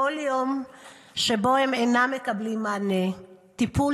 בכל יום שבו הם אינם מקבלים מענה, טיפול